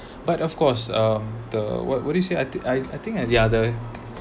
but of course uh the what what do you say I think I I think yeah the